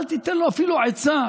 אל תיתן לו אפילו עצה.